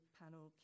panel